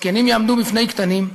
זקנים יעמדו בפני קטנים,